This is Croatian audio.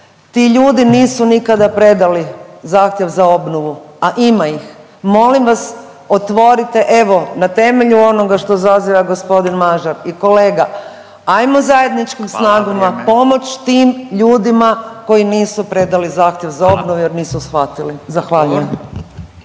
Ti ljudi nisu nikada predali zahtjev za obnovu, a ima ih. Molim vas otvorite, evo na temelju onoga što zaziva gospodin Mažar i kolega hajmo … …/Upadica Radin: Hvala. Vrijeme./… … zajedničkim snagama pomoći tim ljudima koji nisu predali zahtjev za obnovu jer nisu shvatili. Zahvaljujem.